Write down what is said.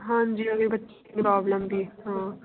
ਹਾਂਜੀ ਐਵੇਂ ਹੀ ਬੱਚੇ ਨੂੰ ਪ੍ਰੋਬਲਮ ਵੀ ਹਾਂ